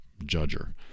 judger